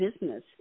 business